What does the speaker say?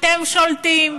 אתם שולטים,